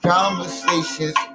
Conversations